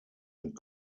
mit